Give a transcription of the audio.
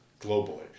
globally